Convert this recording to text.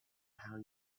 how